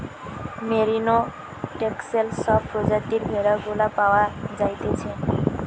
merino, Texel সব প্রজাতির ভেড়া গুলা পাওয়া যাইতেছে